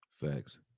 Facts